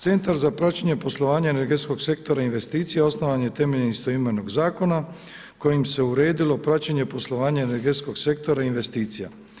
Centar za praćenje poslovanja energetskog sektora i investicija osnovan je temeljem istoimenog zakona koji se uredilo praćenje poslovanja energetskog sektora i investicija.